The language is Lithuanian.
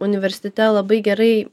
universitete labai gerai